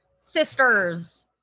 sisters